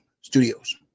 Studios